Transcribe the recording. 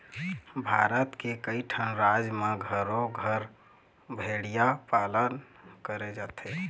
भारत के कइठन राज म घरो घर भेड़िया पालन करे जाथे